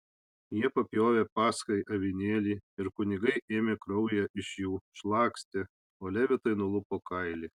jie papjovė paschai avinėlį ir kunigai ėmė kraują iš jų šlakstė o levitai nulupo kailį